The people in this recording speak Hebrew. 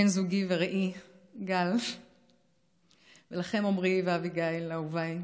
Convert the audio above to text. בן זוגי ורעי גל ולכם, עומרי ואביגיל אהוביי,